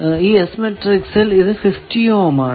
ഈ S മാട്രിക്സിൽ ഇത് 50 ഓം ആണ്